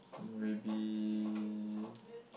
maybe